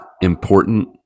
important